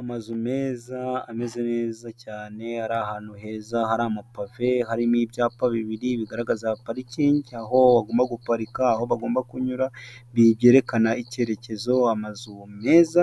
Amazu meza, ameze neza cyane ari ahantu heza hari amapave. Harimo ibyapa bibiri bigaragaza parikingi aho bagomba guparika, aho bagomba kunyura. Byerekana icyerekezo, amazu meza